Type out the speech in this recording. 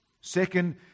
Second